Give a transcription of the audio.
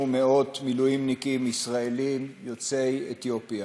מאות מילואימניקים ישראלים יוצאי אתיופיה,